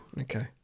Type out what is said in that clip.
Okay